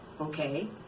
Okay